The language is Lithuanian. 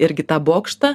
irgi tą bokštą